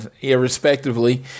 irrespectively